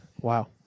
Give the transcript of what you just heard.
Wow